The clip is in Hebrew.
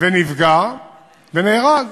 נפגע ונהרג.